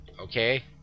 Okay